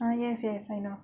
ah yes yes I know